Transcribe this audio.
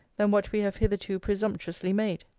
than what we have hitherto presumptuously made?